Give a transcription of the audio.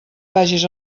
vagis